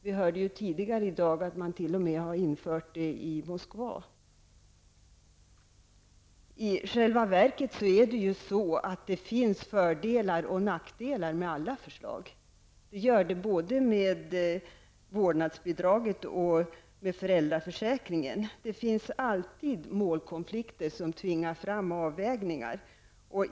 Vi hörde ju tidigare i dag att man t.o.m. hade infört vårdnadsbidrag i Moskva. I själva verket är det ju så att det finns både fördelar och nackdelar med alla förslag -- och det gäller både vårdnadsbidraget och föräldraförsäkringen. Det finns alltid målkonflikter, som tvingar fram avvägningar.